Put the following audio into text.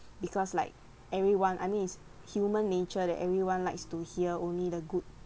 because like everyone I mean it's human nature that everyone likes to hear only the good